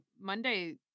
Monday